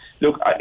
Look